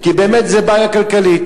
כי באמת זו בעיה כלכלית.